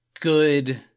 good